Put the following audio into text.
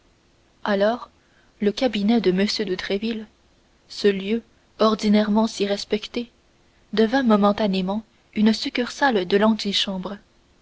alors le cabinet de m de tréville ce lieu ordinairement si respecté devint momentanément une succursale de l'antichambre